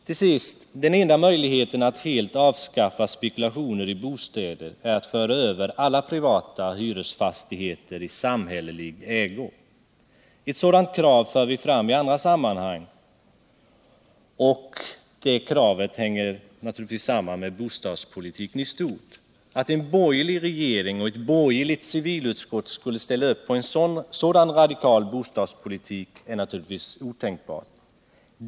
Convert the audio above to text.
Till sist vill jag säga att den enda möjligheten att helt avskaffa spekulationer i bostäder är att föra över alla privata hyresfastigheter i samhällelig ägo. Vi har i andra sammanhang fört fram ett sådant krav, som naturligtvis hänger samman med bostadspolitiken i stort. Att en borgerlig regering och ett borgerligt civilutskott skulle ställa upp på en sådan radikal bostadspolitik är naturligtvis otänkbart.